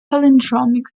palindromic